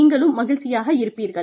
நீங்களும் மகிழ்ச்சியாக இருப்பீர்கள்